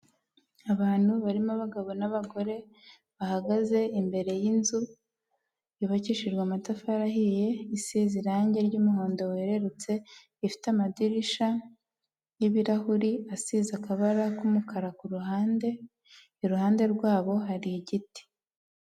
Abantu barimo abagabo n'abagore bahagaze imbere y'inzu yubakishijwe amatafari ahiye isize irange ry'umuhondo werurutse ifite amadirishya y'ibirahuri asize akabara k'umukara kuruhande iruhande rwabo hari igiti.